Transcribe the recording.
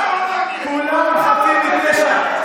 כולם חפים מפשע.